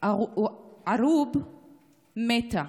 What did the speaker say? ערוב מתה,